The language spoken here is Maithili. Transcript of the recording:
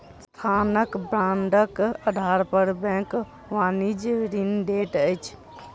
संस्थानक बांडक आधार पर बैंक वाणिज्यक ऋण दैत अछि